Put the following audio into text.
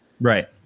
right